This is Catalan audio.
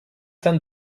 tan